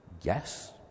Yes